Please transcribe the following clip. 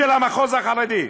של המחוז החרדי,